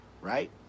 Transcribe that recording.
Right